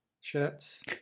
shirts